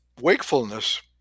wakefulness